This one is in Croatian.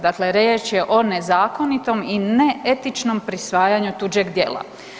Dakle riječ je o nezakonitom i neetičnom prisvajanju tuđeg djela.